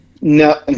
No